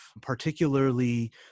particularly